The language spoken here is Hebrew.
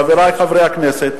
חברי חברי הכנסת,